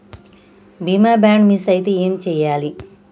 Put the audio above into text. బీమా bond miss అయితే ఏం చేయాలి?